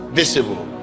visible